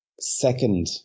second